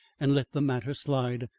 and let the matter slide.